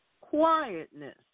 Quietness